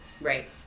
right